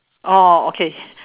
oh okay